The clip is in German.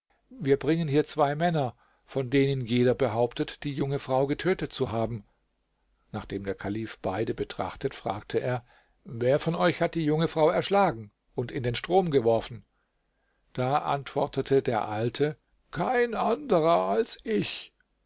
wir bringen hier zwei männer von denen jeder behauptet die junge frau getötet zu haben nachdem der kalif beide betrachtet fragte er wer von euch hat die junge frau erschlagen und in den strom geworfen da antwortete der alte kein anderer als ich